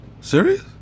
Serious